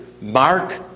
mark